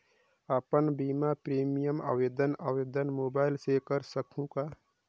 अपन बीमा प्रीमियम आवेदन आवेदन मोबाइल से कर सकहुं का?